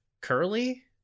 curly